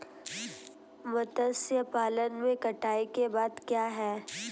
मत्स्य पालन में कटाई के बाद क्या है?